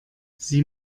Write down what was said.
sie